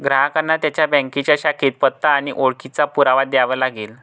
ग्राहकांना त्यांच्या बँकेच्या शाखेत पत्ता आणि ओळखीचा पुरावा द्यावा लागेल